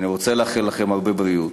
אני רוצה לאחל לכם הרבה בריאות,